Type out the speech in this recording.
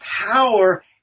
power